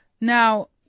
Now